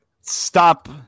Stop